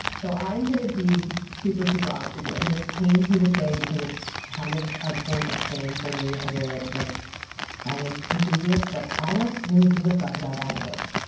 so i'm gonna be super, super honest with you. and this pains me to say because it's kind of a point of shame for me as a like science enthusiast, but i don't really give a fuck about dinosaurs.